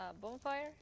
bonfire